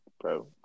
bro